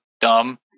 dumb